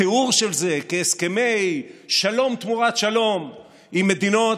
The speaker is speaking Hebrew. התיאור של זה כהסכמי שלום תמורת שלום עם מדינות,